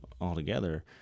altogether